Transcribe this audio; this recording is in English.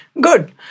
Good